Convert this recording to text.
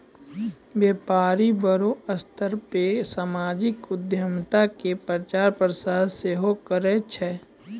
व्यपारी बड़ो स्तर पे समाजिक उद्यमिता के प्रचार प्रसार सेहो करै छै